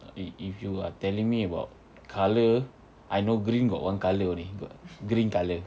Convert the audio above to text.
ah if if you are telling me about colour I know green got one colour only got green colour